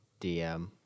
DM